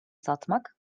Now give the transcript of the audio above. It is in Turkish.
satmak